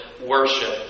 worship